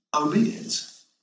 obedience